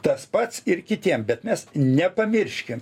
tas pats ir kitiem bet mes nepamirškim